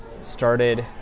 started